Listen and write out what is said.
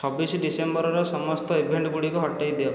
ଛବିଶ ଡିସେମ୍ବରର ସମସ୍ତ ଇଭେଣ୍ଟ ଗୁଡ଼ିକ ହଟାଇ ଦିଅ